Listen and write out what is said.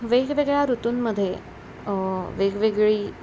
वेगवेगळ्या ऋतूंमध्ये वेगवेगळी